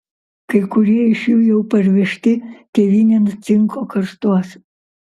kai kurie iš jų jau parvežti tėvynėn cinko karstuose